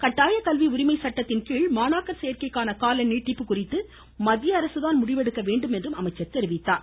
கட்டாய கல்வி உரிமை சட்டத்தின் கீழ் மாணாக்கர் சேர்க்கைக்கான கால நீட்டிப்பு குறித்து மத்திய அரசு தான் முடிவெடுக்க வேண்டும் என அமைச்சர் தெரிவித்தார்